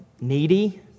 needy